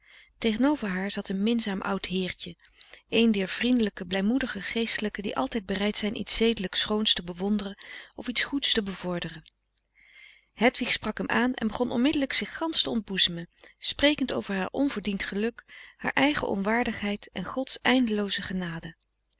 tegenover haar zat een minzaam oud heertje een dier vriendelijke blijmoedige geestelijken die altijd bereid zijn iets zedelijk schoons te bewonderen of iets goeds te bevorderen hedwig sprak hem aan en begon onmiddelijk zich gansch te ontboezemen sprekend over haar onverdiend geluk haar eigen onwaardigheid en gods eindelooze genade